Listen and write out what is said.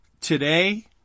Today